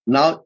Now